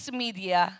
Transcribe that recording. media